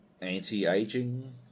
anti-aging